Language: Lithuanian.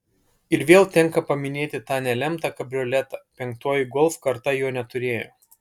ir vėl tenka paminėti tą nelemtą kabrioletą penktoji golf karta jo neturėjo